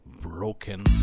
Broken